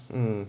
mm